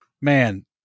man